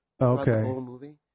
Okay